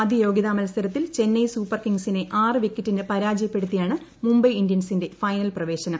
ആദ്യ യോഗ്യതാ മത്സരത്തിൽ ചെന്നൈ സൂപ്പർ കിംഗ്സിനെ ആറ് വിക്കറ്റിന് പരാജയപ്പെടുത്തിയാണ് മുംബൈ ഇന്ത്യൻസിന്റെ ഫൈനൽ പ്രവേശനം